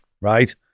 right